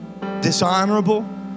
dishonorable